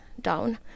down